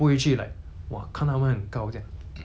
就是他们很很 successful